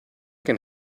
can